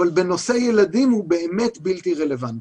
אבל בנושא ילדים הוא באמת בלתי-רלוונטי.